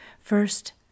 First